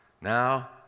Now